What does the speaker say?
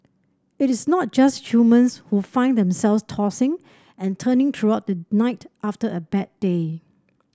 it is not just humans who find themselves tossing and turning throughout the night after a bad day